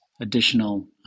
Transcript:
additional